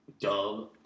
Dub